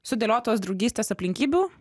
sudėliotos draugystės aplinkybių